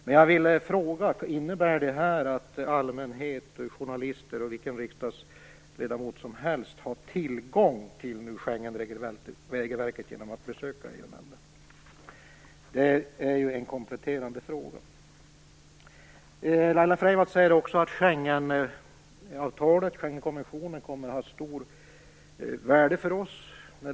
Men jag vill fråga: Innebär detta att allmänhet, journalister och vilken riksdagsledamot som helst har tillgång till Schengenregelverket genom att besöka EU-nämnden? Det är en kompletterande fråga. Laila Freivalds säger också att Schengenkonventionen kommer att ha stort värde för oss.